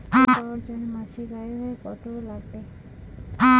Loan পাবার জন্যে মাসিক আয় কতো লাগবে?